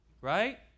right